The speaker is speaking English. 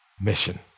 mission